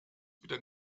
wieder